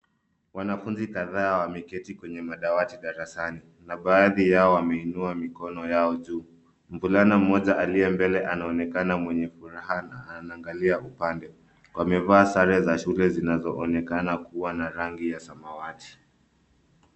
Wanafunzi kadhaa wameketi kwenye madawati madarasani na baadhi yao wameinua mikono yao juu. Mvulana mmoja aliye mbele anaonekana mwenye furaha na anaangalia upande. Wamevaa sare za shule zinazoonekana kuwa na rangi ya samawati.